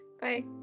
Bye